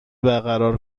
برقرار